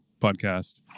podcast